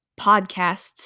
podcasts